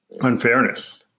unfairness